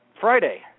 Friday